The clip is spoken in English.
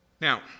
Now